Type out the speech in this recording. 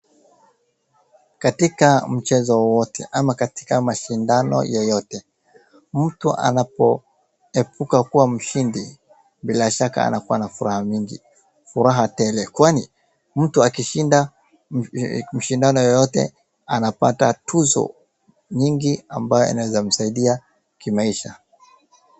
Katika mchezo wowote ama katika mashindano yoyote mtu anapoepuka kuwa mshindi bila shaka anakuwa na furaha mingi. Furaha tele, kwani mtu akishinda shindano yoyote anapata tuzo nyingi ambayo inaweza kumsaidia kimaisha.